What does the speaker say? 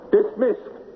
Dismissed